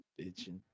bitching